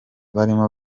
barimo